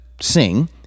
sing